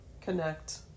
connect